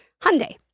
Hyundai